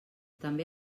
també